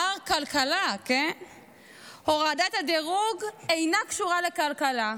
מר כלכלה: "הורדת הדירוג אינה קשורה לכלכלה",